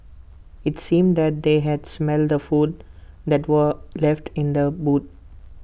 IT seemed that they had smelt the food that were left in the boot